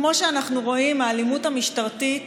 כמו שאנחנו רואים, האלימות המשטרתית